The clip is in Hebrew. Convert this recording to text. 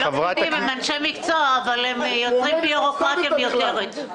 הם אנשי מקצוע אבל הם יוצרים בירוקרטיה מיותרת.